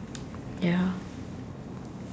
ya